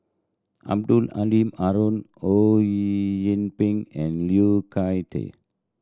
Abdul Halim Haron Ho Yee Ping and Liu Thai Ker